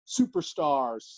superstars